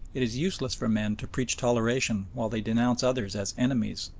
it is useless for men to preach toleration while they denounce others as enemies,